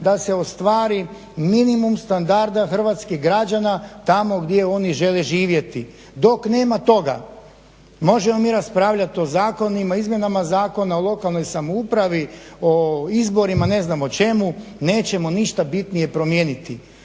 da se ostvari minimum standarda hrvatskih građana tamo gdje oni žele živjeti. Dok nema toga možemo mi raspravljati o zakonima, izmjenama Zakona o lokalnoj samoupravi, o izborima, ne znam o čemu, nećemo ništa bitnije promijeniti.